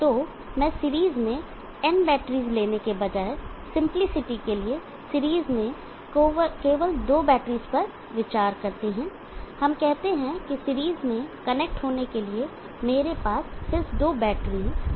तो मैं सीरीज में n बैटरीज लेने के बजाय सिंपलीसिटी के लिए सीरीज में केवल दो बैटरीज पर विचार कर रहे हैं हम कहते हैं कि सीरीज में कनेक्ट होने के लिए मेरे पास सिर्फ दो बैटरी VB1 और VB2 हैं